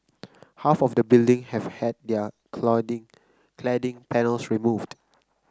half of the building have had their clouding cladding panels removed